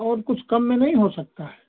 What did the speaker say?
और कुछ कम में नहीं हो सकता है